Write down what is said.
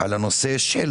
על הנושא של